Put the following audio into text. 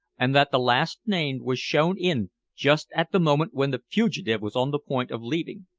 and that the last-named was shown in just at the moment when the fugitive was on the point of leaving.